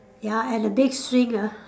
ya and a big swing ah